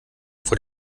vor